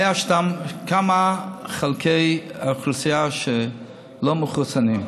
היו שם כמה חלקי אוכלוסייה שלא מחוסנים.